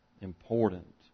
important